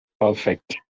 Perfect